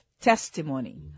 testimony